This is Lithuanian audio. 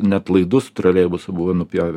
net troleibusų buvo nupjovę